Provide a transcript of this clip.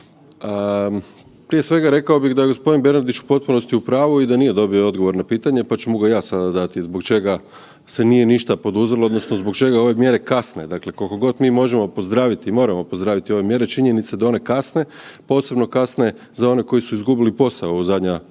Prije svega rekao bih da je gospodin Bernardić u potpunosti u pravu i da nije dobio odgovor na pitanje, pa ću mu ga ja sada dati zbog čega se nije ništa poduzelo odnosno zbog čega ove mjere kasne. Dakle, koliko god mi možemo pozdraviti i moramo pozdraviti ove mjere, činjenica da one kasne, posebno kasne za one koji su izgubili posao u zadnja,